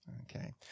Okay